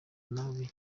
nabi